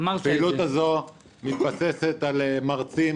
הפעילות הזו מתבססת על מרצים,